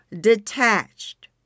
detached